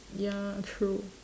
ya true